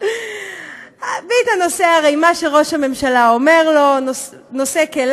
מה את רוצה,